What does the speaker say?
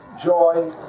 joy